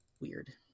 Weird